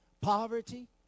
Poverty